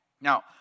Now